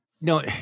No